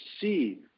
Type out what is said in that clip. see